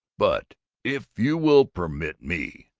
but if you will permit me,